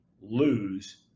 lose